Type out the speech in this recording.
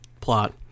plot